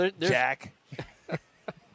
Jack